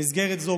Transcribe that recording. במסגרת זו,